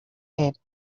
had